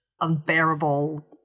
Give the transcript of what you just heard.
unbearable